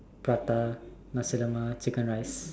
prata nasi lemak chicken rice